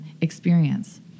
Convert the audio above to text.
experience